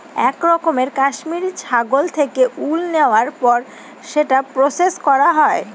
এক রকমের কাশ্মিরী ছাগল থেকে উল নেওয়ার পর সেটা প্রসেস করা হয়